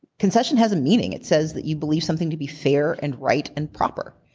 concession has a meaning. it says that you believe something to be fair and right and proper.